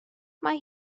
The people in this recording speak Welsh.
mae